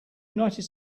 united